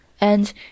and